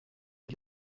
uyu